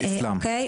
אוקיי?